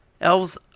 Elves